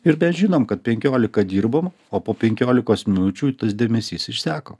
ir mes žinom kad penkiolika dirbom o po penkiolikos minučių tas dėmesys išseko